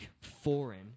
foreign